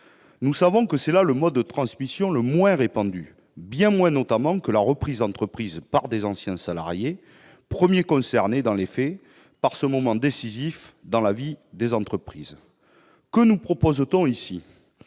Nous savons pourtant que ce mode de transmission est le moins répandu, bien moins notamment que la reprise d'entreprises par les anciens salariés, lesquels sont les premiers concernés, dans les faits, par ce moment décisif de la vie des entreprises. Que nous propose-t-on ?